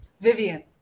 Vivian